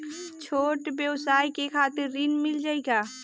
छोट ब्योसाय के खातिर ऋण मिल जाए का?